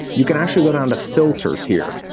you can actually go down to filters here.